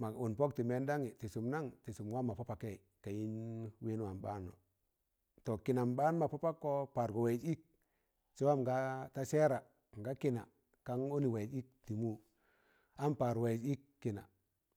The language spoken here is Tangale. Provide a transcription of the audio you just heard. ma ọn pọk tị mẹndanyị tị sụm nang? tị sụm wam mọ pọ pọkai ka yịn wẹẹn wam ɓaanụ, tọ kịnam ɓaan mọ pọ pọkkọ paar go waịz ịk, sẹ wam nga ta sẹẹra nga kịna kan ọnị waịz ịk tị mụ, an paar waịz ịk kina.